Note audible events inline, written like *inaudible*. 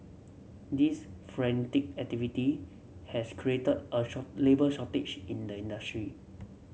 this frenetic activity has created a *unintelligible* labour shortage in the industry